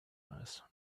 ice